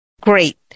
great